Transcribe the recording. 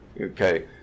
okay